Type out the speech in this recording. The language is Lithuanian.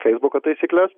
feisbuko taisykles